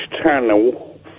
channel